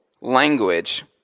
language